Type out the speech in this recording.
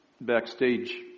backstage